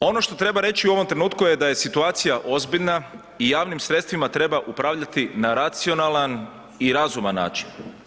Ono što treba reći u ovom trenutku je da je situacija ozbiljna i javnim sredstvima treba upravljati na racionalan i razuman način.